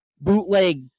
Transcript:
bootleg